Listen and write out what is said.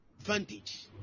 advantage